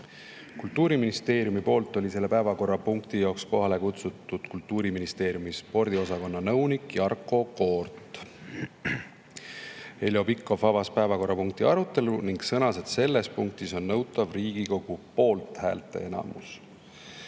Kultuuriministeeriumist oli selle päevakorrapunkti [arutelule] kohale kutsutud ministeeriumi spordiosakonna nõunik Jarko Koort. Heljo Pikhof avas päevakorrapunkti arutelu ning sõnas, et selles punktis on nõutav Riigikogu poolthäälteenamus.